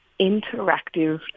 interactive